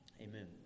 amen